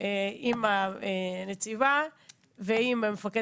וגם החלטת